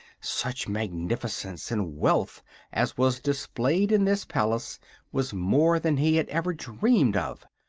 such magnificence and wealth as was displayed in this palace was more than he had ever dreamed of,